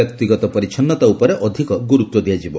ବ୍ୟକ୍ତିଗତ ପରିଛନ୍ନତା ଉପରେ ଅଧିକ ଗୁରୁତ୍ ଦିଆଯିବ